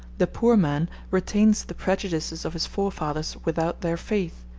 the poor man retains the prejudices of his forefathers without their faith,